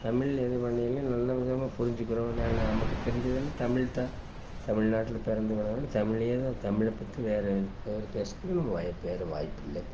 தமிழ் இது பண்ணயில் நல்ல விதமாக புரிஞ்சுக்குறோம் நான் நமக்கு தெரிஞ்சதெல்லாம் தமிழ் தான் தமிழ் நாட்டில் பிறந்து வளர்ந்து தமிழ்லையே தான் தமிழை பற்றி வேறு ஏதாவது பேசுகிறதுக்கு நம்ம வாய்ப்பு வேறு வாய்ப்பு இல்லை